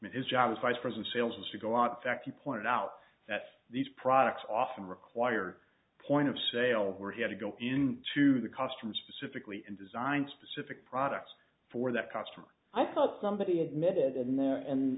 his job as vice president sales was to go out in fact he pointed out that these products often require point of sale where he had to go into the customer specifically and design specific products for that customer i thought somebody admitted in there and